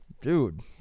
Dude